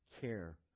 care